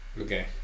Okay